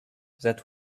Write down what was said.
that